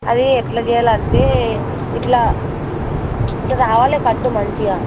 అది ఎట్ల చేయాలంటే ఇట్లా ఇట్లా రావాలి కట్టు మంచిగా